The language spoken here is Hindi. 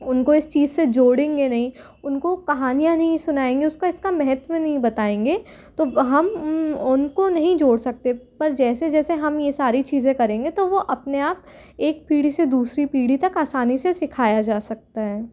उनको इस चीज से जोड़ेंगे नहीं उनको कहानियाँ नहीं सुनाएंगे उसको इसका महत्व नहीं बताएंगे तो उनको नहीं जोड़ सकते पर जैसे जैसे हम ये सारी चीज़ें करेंगे तो वो अपने आप एक पीढ़ी से दूसरी पीढ़ी तक आसानी से सिखाया जा सकता है